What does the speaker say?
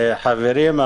חברים,